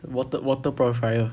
wate~ water purifier